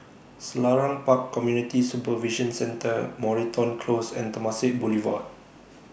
Selarang Park Community Supervision Centre Moreton Close and Temasek Boulevard